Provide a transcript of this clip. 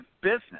business